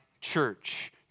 church